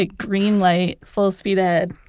ah green light, full speed ahead,